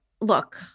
look